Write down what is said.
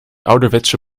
ouderwetse